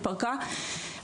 התפרקה,